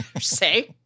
Say